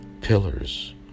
pillars